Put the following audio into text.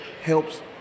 helps